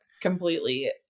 Completely